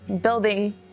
building